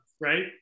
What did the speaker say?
right